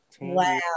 wow